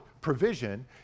provision